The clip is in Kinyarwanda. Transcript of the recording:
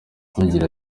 agira